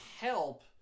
help